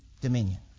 Dominion